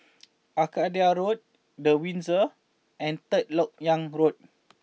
Arcadia Road The Windsor and Third Lok Yang Road